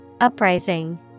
Uprising